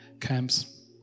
camps